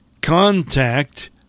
Contact